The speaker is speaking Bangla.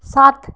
সাত